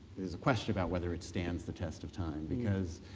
there's a question about whether it stands the test of time because